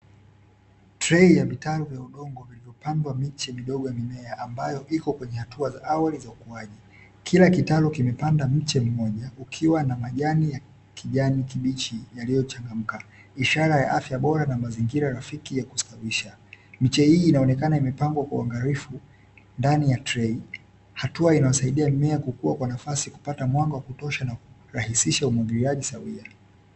Trei ya vitalu vya udongo vilivyopandwa miche midogo ya mimea ambayo iko kwenye hatua za awali za ukuaji. Kila kitalu kimepanda mche mmoja, ukiwa na majani ya kijani kibichi yaliyochangamka, ishara ya afya bora na mazingira rafiki ya kustawisha. Miche hii inaonekana imepangwa kwa uangalifu ndani ya trei. Hatua hii inasaidia mimea kukua kwa nafasi ya kupata mwanga wa kutosha na kurahisisha umwagiliaji sawia.